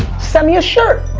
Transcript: send me a shirt!